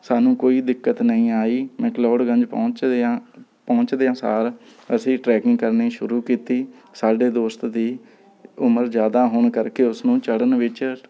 ਸਾਨੂੰ ਕੋਈ ਦਿੱਕਤ ਨਹੀਂ ਆਈ ਮੈਕਲੋਡਗੰਜ਼ ਪਹੁੰਚਦਿਆਂ ਪਹੁੰਚਦਿਆਂ ਸਾਰ ਅਸੀਂ ਟਰੈਕਿੰਗ ਕਰਨੀ ਸ਼ੁਰੂ ਕੀਤੀ ਸਾਡੇ ਦੋਸਤ ਦੀ ਉਮਰ ਜ਼ਿਆਦਾ ਹੋਣ ਕਰਕੇ ਉਸ ਨੂੰ ਚੜ੍ਹਨ ਵਿੱਚ